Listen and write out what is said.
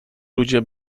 ludzie